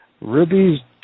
Ruby's